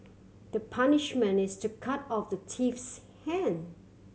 the punishment is to cut off the thief's hand